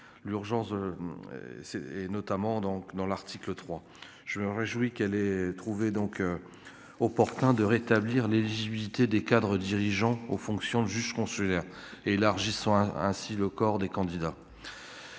l'urgence c'est et notamment donc dans l'article 3 je me réjouis qu'elle ait trouvé donc opportun de rétablir l'éligibilité des cadres dirigeants, aux fonctions de juge consulaire, élargissant ainsi le corps des candidats.